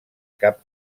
cap